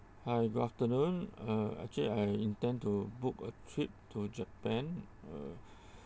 hi good afternoon uh actually I intend to book a trip to japan uh